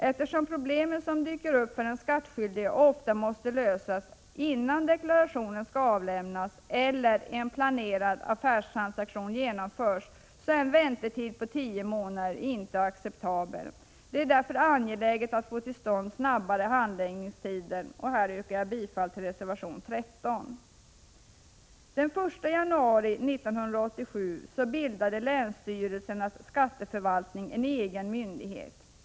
Eftersom problem som dyker upp för den skattskyldige ofta måste lösas innan deklarationen skall avlämnas eller en planerad affärstransaktion genomföras, är en väntetid på tio månader inte acceptabel. Det är därför angeläget att få till stånd kortare handläggningstider. Därför yrkar jag bifall till reservation 13. Den 1 januari 1987 bildade länsstyrelsernas skatteavdelningar en egen myndighet.